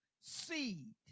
seed